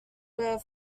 were